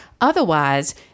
Otherwise